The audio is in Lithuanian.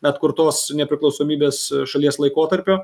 atkurtos nepriklausomybės šalies laikotarpio